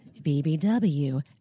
BBW